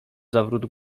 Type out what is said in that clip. zawrót